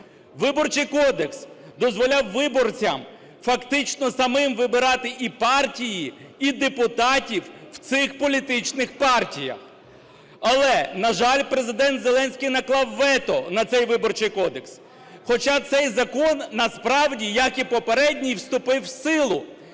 Виборчий кодекс дозволяв виборцям фактично самим вибирати і партії, і депутатів в цих політичних партіях, але, на жаль, Президент Зеленський наклав вето на цей Виборчий кодекс, хоча цей закон насправді, як і попередній, вступив в силу,